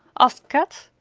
asked kat.